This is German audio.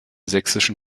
sächsischen